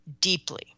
deeply